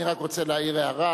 אני רק רוצה להעיר הערה,